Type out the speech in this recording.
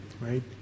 Right